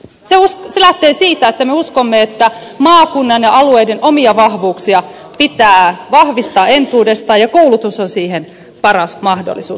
se lähtee siitä että me uskomme että maakunnan ja alueiden omia vahvuuksia pitää vahvistaa entuudestaan ja koulutus on siihen paras mahdollisuus